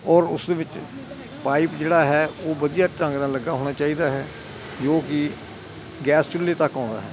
ਔਰ ਉਸ ਦੇ ਵਿੱਚ ਪਾਈਪ ਜਿਹੜਾ ਹੈ ਉਹ ਵਧੀਆ ਢੰਗ ਨਾਲ ਲੱਗਾ ਹੋਣਾ ਚਾਹੀਦਾ ਹੈ ਜੋ ਕਿ ਗੈਸ ਚੁੱਲੇ ਤੱਕ ਆਉਂਦਾ ਹੈ